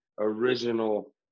original